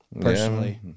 personally